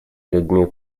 людьми